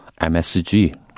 MSG